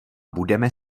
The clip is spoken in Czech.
budeme